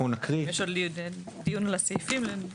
התשע"ו 2016 (להלן,